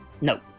No